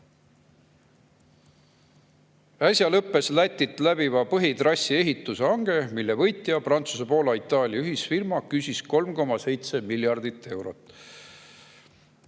Äsja lõppes Lätit läbiva põhitrassi ehitushange, mille võitnud Prantsuse, Poola ja Itaalia ühisfirma küsis 3,7 miljardit eurot.